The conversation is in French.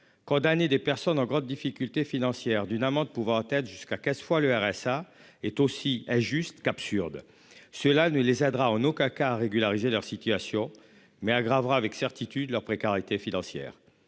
condamnés des personnes en grande difficulté financière d'une amende pouvant atteindre jusqu'à 4 fois le RSA est aussi juste qu'absurde. Cela ne les aidera en aucun cas à régulariser leur situation mais aggravera avec certitude leur précarité financière.